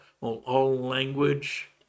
language